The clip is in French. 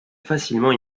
facilement